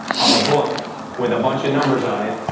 of a book with a bunch of numbers on it,